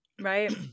Right